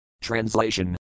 Translation